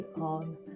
on